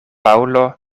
paŭlo